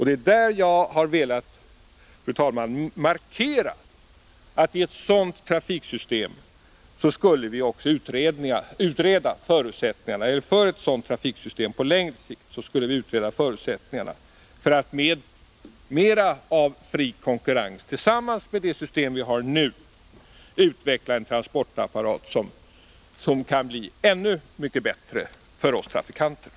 Det är i det sammanhanget som jag, fru talman, har velat markera att vi borde utreda förutsättningarna på längre sikt för att utveckla ett trafiksystem med mera av fri konkurrens, vilket tillsammans med det system som vi nu har kan bli ännu mycket bättre för trafikanterna.